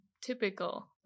typical